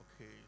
Okay